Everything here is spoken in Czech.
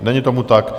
Není tomu tak.